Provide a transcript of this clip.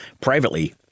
Privately